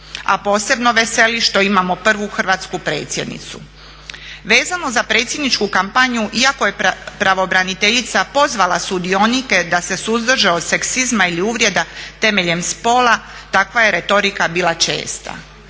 a posebno veseli što imamo prvu hrvatsku predsjednicu. Vezano za predsjedničku kampanju iako je pravobraniteljica pozvala sudionike da se suzdrže od seksizma ili uvrede temeljem spola, takva je retorika bila česta.